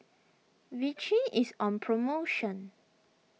Vichy is on promotion